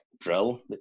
drill